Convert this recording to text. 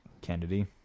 Kennedy